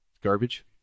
garbage